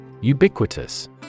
Ubiquitous